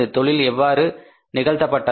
தொழில் எவ்வாறு நிகழ்த்தப்பட்டது